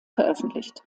veröffentlicht